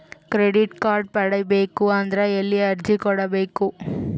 Credit card ಪಡಿಬೇಕು ಅಂದ್ರ ಎಲ್ಲಿ ಅರ್ಜಿ ಕೊಡಬೇಕು?